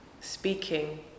speaking